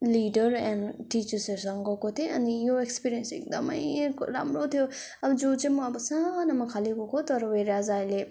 leader and टिचर्सहरूसँग गएको थिएँ अनि यो एक्सपिरिन्स चाहिँ एकदमै राम्रो थियो अब जो चाहिँ म अब सानोमा खालि गएको तर व्हेर एज अहिले